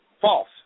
false